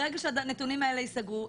ברגע שהנתונים האלה ייסגרו,